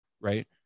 Right